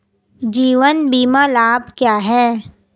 जीवन बीमा लाभ क्या हैं?